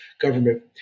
government